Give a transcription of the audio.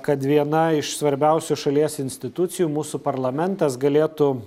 kad viena iš svarbiausių šalies institucijų mūsų parlamentas galėtų